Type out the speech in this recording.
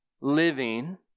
living